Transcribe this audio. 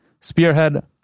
Spearhead